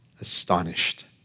astonished